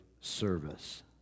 service